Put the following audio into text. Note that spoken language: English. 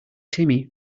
timmy